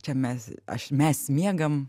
čia mes aš mes miegam